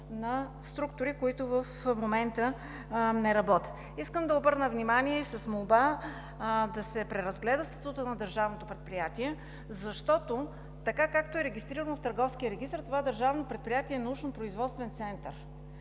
на структури, които в момента не работят. Искам да обърна внимание и с молба да се преразгледа статутът на Държавното предприятие. Защото, както е регистрирано в Търговския регистър, това Държавно предприятие е научно-производствен център,